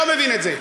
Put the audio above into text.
לא מבין את זה.